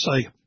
say